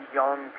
young